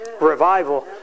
Revival